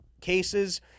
cases